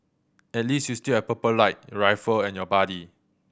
at least you still have Purple Light your rifle and your buddy